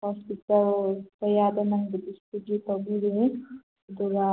hospital ꯀꯌꯥꯗ ꯅꯪꯕꯨ distribute ꯇꯧꯕꯤꯒꯅꯤ ꯑꯗꯨꯒ